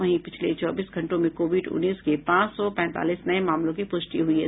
वहीं पिछले चौबीस घंटों में कोविड उन्नीस के पांच सौ पैंतालीस नये मामलों की पुष्टि हुई है